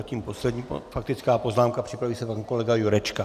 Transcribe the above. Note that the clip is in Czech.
Zatím poslední faktická poznámka, připraví se pan kolega Jurečka.